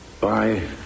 bye